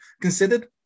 considered